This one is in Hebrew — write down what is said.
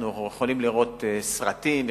אנחנו יכולים לראות סרטים,